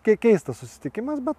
kiek keistas susitikimas bet